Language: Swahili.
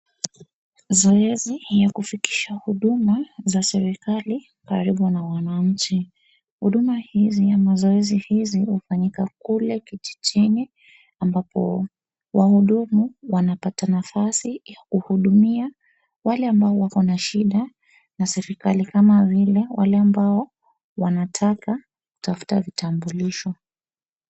Zoezi ya kufikisha huduma za serikali karibu na wananchi. Huduma hizi ama zoezi hizi hufanyika kule kijijini ambapo wahudumu wanapata nafasi ya kuhudumia wale ambao wako na shida na serikali kama vile wale ambao wanataka kutafuta vitambulisho.